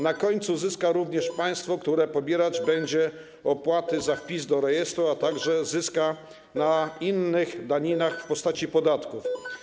Na końcu zyska również państwo, które pobierać będzie opłaty za wpis do rejestru, a także zyska na innych daninach w postaci podatków.